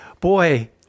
boy